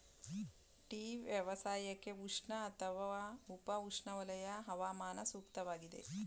tea ವ್ಯವಸಾಯಕ್ಕೆ ಉಷ್ಣ ಅಥವಾ ಉಪ ಉಷ್ಣವಲಯ ಹವಾಮಾನ ಸೂಕ್ತವಾಗಿದೆ